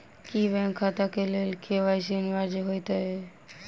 की bank खाता केँ लेल के.वाई.सी अनिवार्य होइ हएत?